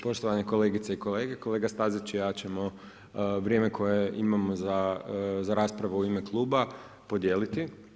Poštovane kolegice i kolege, kolega Stazić i ja ćemo vrijeme koje imamo za raspravu u ime kluba podijeliti.